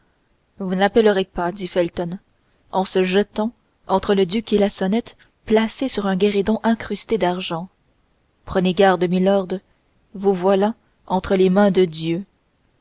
vous n'appellerez pas dit felton en se jetant entre le duc et la sonnette placée sur un guéridon incrusté d'argent prenez garde milord vous voilà entre les mains de dieu